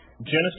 Genesis